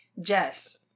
Jess